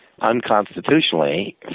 unconstitutionally